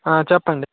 ఆ చెప్పండి